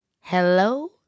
Hello